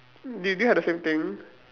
do do you have the same thing